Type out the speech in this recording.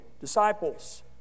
Disciples